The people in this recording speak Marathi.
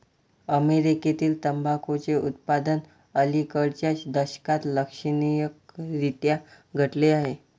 अमेरीकेतील तंबाखूचे उत्पादन अलिकडच्या दशकात लक्षणीयरीत्या घटले आहे